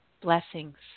Blessings